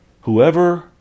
whoever